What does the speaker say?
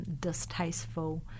distasteful